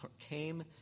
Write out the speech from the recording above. came